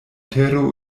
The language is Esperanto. tero